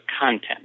content